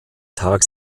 tag